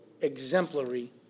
exemplary